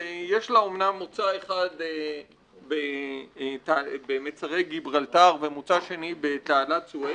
שיש לה אומנם מוצא אחד במוצא שני במצרי גיברלטר ומוצא שני בתעלת סואץ,